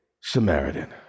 Samaritan